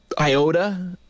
Iota